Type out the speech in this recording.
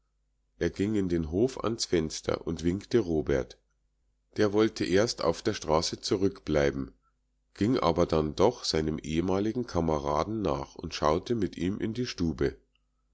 er ging in den hof ans fenster und winkte robert der wollte erst auf der straße zurückbleiben ging aber dann doch seinem ehemaligen kameraden nach und schaute mit ihm in die stube